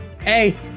hey